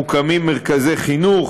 מוקמים מרכזי חינוך,